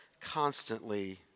constantly